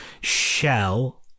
Shell